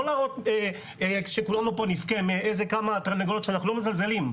לא להראות שכולנו פה נבכה מכמה תרנגולות שאנחנו לא מזלזלים.